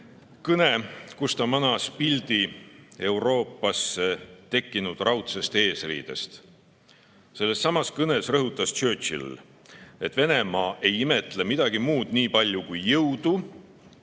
kõne, kus ta manas [silme ette] pildi Euroopasse tekkinud raudsest eesriidest. Sellessamas kõnes rõhutas Churchill, et Venemaa ei imetle midagi nii palju kui jõudu